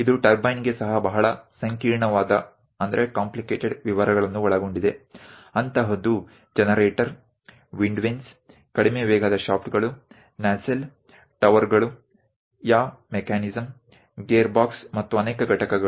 ಇದು ಟರ್ಬೈನ್ಗೆ ಸಹ ಬಹಳ ಸಂಕೀರ್ಣವಾದ ವಿವರಗಳನ್ನು ಒಳಗೊಂಡಿದೆ ಅಂತಹದ್ದು ಜನರೇಟರ್ ವಿಂಡ್ ವೇನ್ಸ್ ಕಡಿಮೆ ವೇಗದ ಶಾಫ್ಟ್ಗಳು ನೇಸೆಲ್ ಟವರ್ಗಳು ಯಾ ಮೆಕ್ಯಾನಿಸಂ ಗೇರ್ ಬಾಕ್ಸ್ ಮತ್ತು ಅನೇಕ ಘಟಕಗಳು